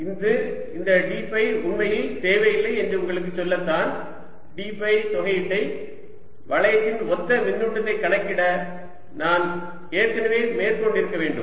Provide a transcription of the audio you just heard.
இது இந்த d phi உண்மையில் தேவையில்லை என்று உங்களுக்குச் சொல்ல தான் d ஃபை தொகையீட்டை வளையத்தின் மொத்த மின்னூட்டத்தைக் கணக்கிட நான் ஏற்கனவே மேற்கொண்டிருக்க வேண்டும்